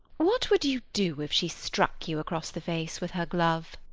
what would you do if she struck you across the face with her glove?